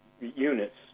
units